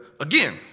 again